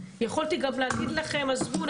יכולתי גם להגיד לכם עזבו,